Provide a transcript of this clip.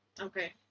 Okay